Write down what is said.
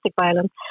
violence